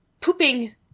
pooping